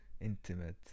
intimate